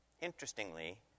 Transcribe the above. interestingly